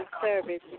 service